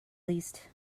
least